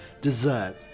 dessert